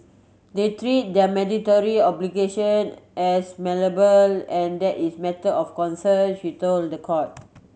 they treat their mandatory obligation as malleable and that is matter of concern she told the court